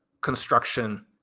construction